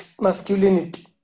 masculinity